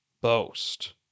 boast